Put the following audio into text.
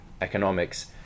economics